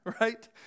right